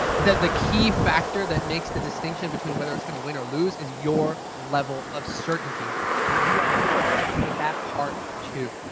that the key factor that makes the distinction between whether it's going to win or lose is your level of certainty and we are here to help you with that part too.